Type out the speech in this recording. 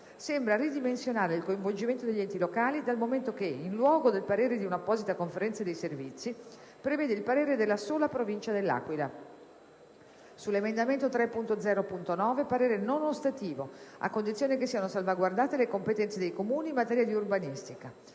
sembra ridimensionare il coinvolgimento degli enti locali, dal momento che, in luogo del parere di un'apposita conferenza di servizi, prevede il parere della sola provincia dell'Aquila; - sull'emendamento 3.0.9, parere non ostativo, a condizione che siano salvaguardate le competenze dei Comuni in materia di urbanistica;